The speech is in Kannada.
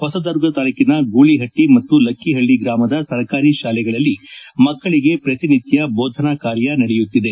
ಹೊಸದುರ್ಗ ತಾಲೂಕಿನ ಗೂಳಪಟ್ಟ ಮತ್ತು ಲಕ್ಷಿಪಳ್ಳ ಗ್ರಾಮದ ಸರಕಾರಿ ತಾಲೆಗಳಲ್ಲಿ ಮಕ್ಕಳಿಗೆ ಪ್ರಕಿನಿತ್ಠ ಬೋಧನಾ ಕಾರ್ಯ ನಡೆಯುತ್ತಿದೆ